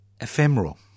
ephemeral